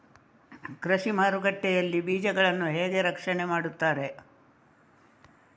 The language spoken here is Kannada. ಕೃಷಿ ಮಾರುಕಟ್ಟೆ ಯಲ್ಲಿ ಬೀಜಗಳನ್ನು ಹೇಗೆ ರಕ್ಷಣೆ ಮಾಡ್ತಾರೆ?